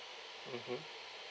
mmhmm